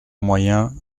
moyen